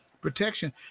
protection